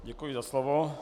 Děkuji za slovo.